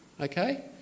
Okay